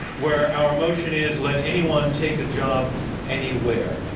where our motion is let anyone take a job anywhere.